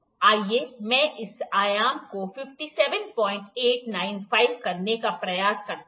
आइए मैं इस आयाम को 57895 करने का प्रयास करता हूं